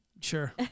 Sure